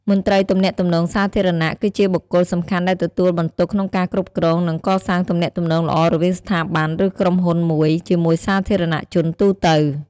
មន្ត្រីទំនាក់ទំនងសាធារណៈគឺជាបុគ្គលសំខាន់ដែលទទួលបន្ទុកក្នុងការគ្រប់គ្រង និងកសាងទំនាក់ទំនងល្អរវាងស្ថាប័ន ឬក្រុមហ៊ុនមួយ ជាមួយសាធារណជនទូទៅ។